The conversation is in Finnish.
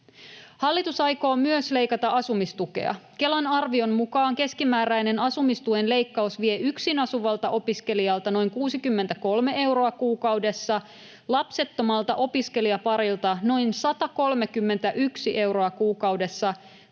Hallitus aikoo myös leikata asumistukea. Kelan arvion mukaan keskimääräinen asumistuen leikkaus vie yksin asuvalta opiskelijalta noin 63 euroa kuukaudessa, lapsettomalta opiskelijaparilta noin 131 euroa kuukaudessa,